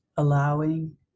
Allowing